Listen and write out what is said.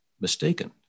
mistaken